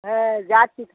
হ্যাঁ যাচ্ছি